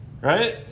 Right